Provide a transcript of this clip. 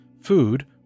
food